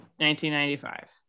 1995